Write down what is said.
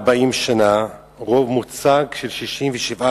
מהווים יותר מ-40 שנה רוב מוצק של 67%